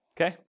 Okay